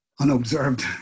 unobserved